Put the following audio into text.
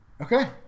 Okay